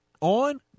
on